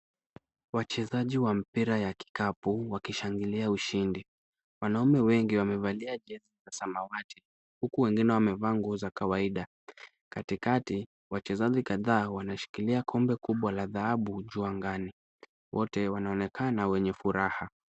Wachezaji wa mpira ya kikapu wakishangilia ushindi. Wanaume wengi wamevalia jezi za samawati huku wengine wamevaa nguo za kawaida. Katikati, wachezaji kadhaa wanashikilia kombe kubwa la dhahabu juu angani. Wote wanaonekana wenye furaha.